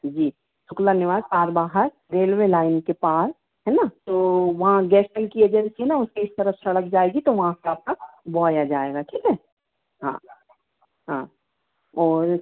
जी शुक्ला निवास Tarbahar railway line के पार है ना तो वहाँ गैसल की एजेंसी है ना उसके इस तरफ सड़क जाएगी तो वहाँ से आपका बॉय आ जाएगा ठीक है हाँ हाँ और